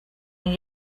and